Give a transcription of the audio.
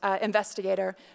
investigator